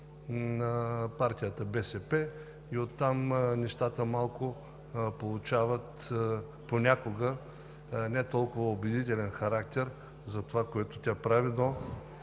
на партията БСП, и оттам нещата получават понякога не толкова убедителен характер за това, което тя прави.